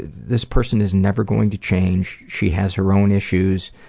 this person is never going to change. she has her own issues,